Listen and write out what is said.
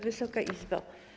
Wysoka Izbo!